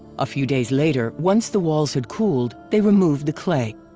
a few days later, once the walls had cooled, they removed the clay.